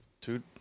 Two